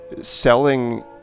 selling